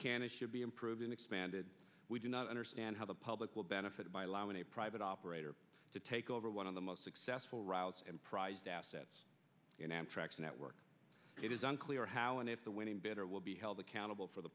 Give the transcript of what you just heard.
and should be improved and expanded we do not understand how the public will benefit by allowing a private operator to take over one of the most successful routes and prized assets in amtrak's network it is unclear how and if the winning bidder will be held accountable for the